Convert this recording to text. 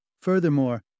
Furthermore